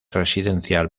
residencial